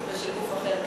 ושל גוף אחר כן?